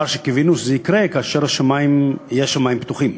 קיווינו שזה יקרה כאשר יהיו שמים פתוחים.